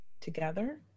together